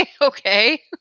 Okay